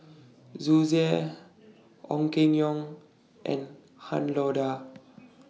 Ong Keng Yong and Han Lao DA